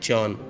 John